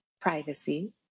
privacy